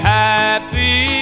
happy